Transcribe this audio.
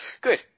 good